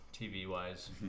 TV-wise